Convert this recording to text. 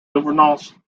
governance